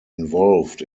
involved